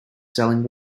selling